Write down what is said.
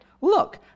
Look